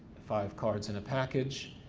five cards in a package,